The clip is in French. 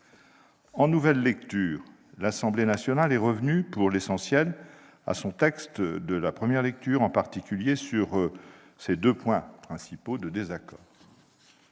En nouvelle lecture, l'Assemblée nationale est revenue, pour l'essentiel, à son texte de première lecture, en particulier sur ces deux principaux points de désaccord.